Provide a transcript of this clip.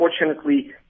unfortunately